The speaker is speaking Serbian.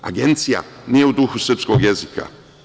Agencija nije u duhu srpskog jezika.